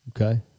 Okay